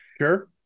Sure